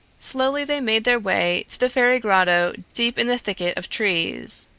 slowly they made their way to the fairy grotto deep in the thicket of trees.